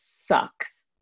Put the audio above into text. sucks